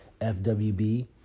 FWB